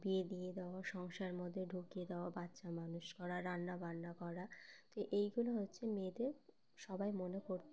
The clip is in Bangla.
বিয়ে দিয়ে দেওয়া সংসারের মধ্যে ঢুকিয়ে দেওয়া বাচ্চা মানুষ করা রান্না বান্না করা তো এইগুলো হচ্ছে মেয়েদের সবাই মনে করত